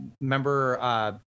remember